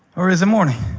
or is it morning?